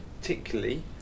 particularly